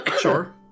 Sure